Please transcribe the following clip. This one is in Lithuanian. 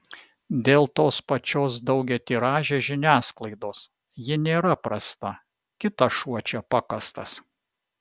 dėl tos pačios daugiatiražės žiniasklaidos ji nėra prasta kitas šuo čia pakastas